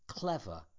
clever